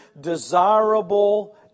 desirable